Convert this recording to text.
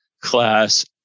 class